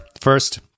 First